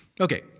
okay